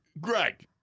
Greg